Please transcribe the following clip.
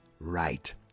Right